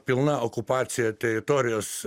pilna okupacija teritorijos